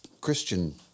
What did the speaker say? Christian